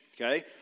Okay